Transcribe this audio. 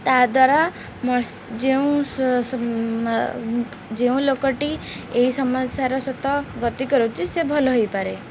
ତା ଦ୍ୱାରା ଯେଉଁ ଯେଉଁ ଲୋକଟି ଏ ସମସ୍ୟାର ସହିତ ଗତି କରୁଛି ସେ ଭଲ ହେଇପାରେ